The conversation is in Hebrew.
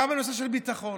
גם בנושא ביטחון.